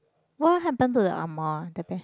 what happen to the Ammar that bear